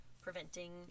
preventing